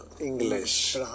English